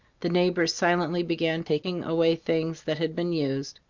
the neighbours silently began taking away things that had been used,